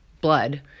blood